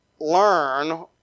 learn